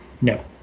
no